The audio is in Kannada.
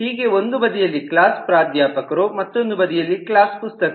ಹೀಗೆ ಒಂದು ಬದಿಯಲ್ಲಿ ಕ್ಲಾಸ್ ಪ್ರಾಧ್ಯಾಪಕರು ಮತ್ತೊಂದು ಬದಿಯಲ್ಲಿ ಕ್ಲಾಸ್ ಪುಸ್ತಕ